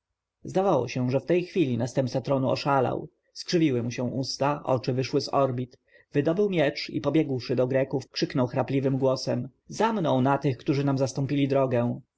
zdawało się że w tej chwili następca tronu oszalał skrzywiły mu się usta oczy wyszły z orbit wydobył miecz i pobiegłszy do greków krzyknął chrapliwym głosem za mną na tych którzy nam zastąpili drogę